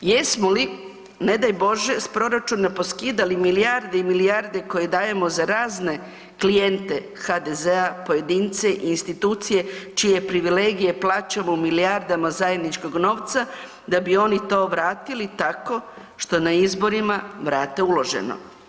Jesmo li, ne daj Bože, s proračuna poskidali milijarde i milijarde koje dajemo za razne klijente HDZ-a, pojedince, institucije čije privilegije plaćamo u milijardama zajedničkog novca da bi oni to vratili tako što na izborima vrate uloženo?